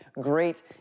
great